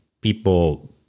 people